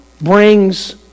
brings